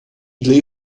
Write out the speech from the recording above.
для